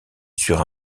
sur